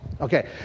Okay